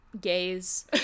gays